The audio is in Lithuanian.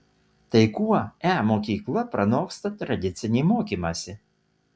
tad kuo e mokykla pranoksta tradicinį mokymąsi